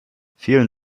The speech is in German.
vielen